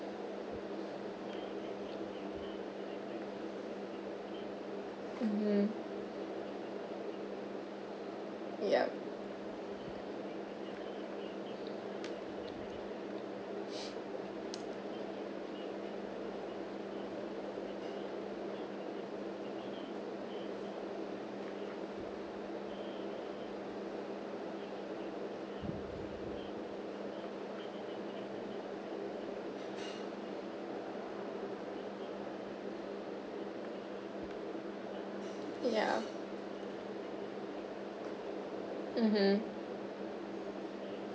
mmhmm yup yeah mmhmm